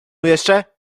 jeszcze